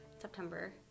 September